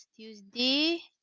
Tuesday